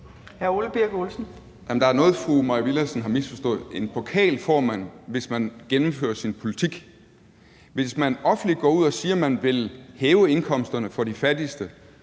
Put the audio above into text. der er noget, fru Mai Villadsen har misforstået. En pokal får man, hvis man gennemfører sin politik. Hvis man offentligt går ud og siger, at man vil hæve indkomsterne for de fattigste,